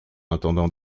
entendant